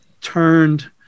turned